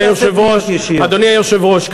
אדוני היושב-ראש,